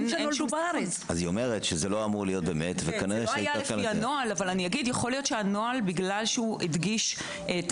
זה לא היה לפי הנוהל אבל אולי בגלל שהנוהל הדגיש את